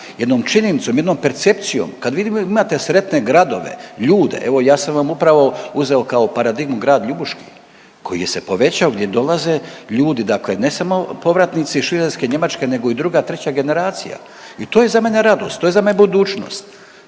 jednom činjenicom, jednom percepcijom. Kad vi imate sretne gradove, ljude. Evo ja sam vam upravo uzeo kao paradigmu grad Ljubuški koji se povećao gdje dolaze ljudi, dakle ne samo povratnici iz Švicarske, Njemačke nego i druga, treća generacija. I to je za mene radost, to je za mene budućnost,